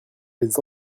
les